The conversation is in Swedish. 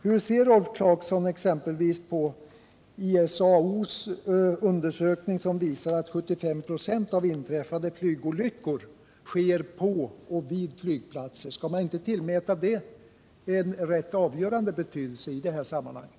Hur ser Rolf Clarkson exempelvis på ICAO:s undersökning, som visar att 75 96 av inträffade flygolyckor sker på och vid flygplatser? Skall man inte tillmäta sådana saker en rätt avgörande betydelse i det här sammanhanget?